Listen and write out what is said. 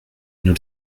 nous